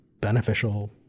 beneficial